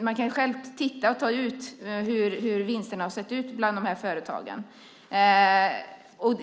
Man kan själv titta på hur vinsterna har sett ut bland de här företagen.